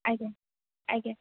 ଆଜ୍ଞା ଆଜ୍ଞା